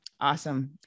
Awesome